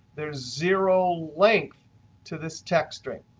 there is zero length to this text string.